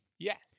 Yes